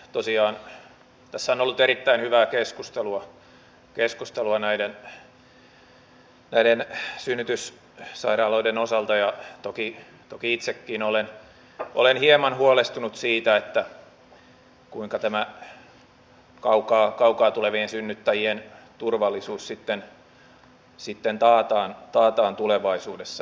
tosiaan tässä on ollut erittäin hyvää keskustelua näiden synnytyssairaaloiden osalta ja toki itsekin olen hieman huolestunut siitä kuinka kaukaa tulevien synnyttäjien turvallisuus sitten taataan tulevaisuudessa